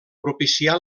propicià